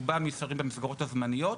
רובם נשארים במסגרות הזמניות,